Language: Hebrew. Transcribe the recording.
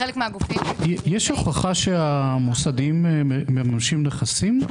יש הוכחה שהמוסדיים מממשים נכסים?